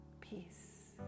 peace